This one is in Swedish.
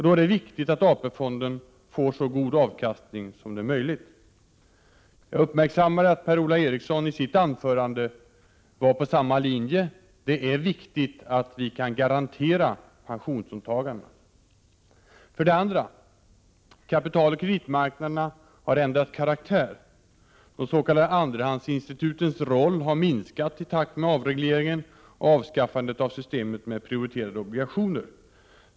Då är det viktigt att AP-fonden får så god avkastning som möjligt. Jag uppmärksammade att Per-Ola Eriksson i sitt anförande var inne på samma linje, nämligen att det är viktigt att vi kan garantera pensionsåta 2. Kapitaloch kreditmarknaderna har ändrat karaktär. De s.k. andrahandsinstitutens roll har minskat i takt med avregleringen och avskaffandet av systemet med prioriterade obligationer.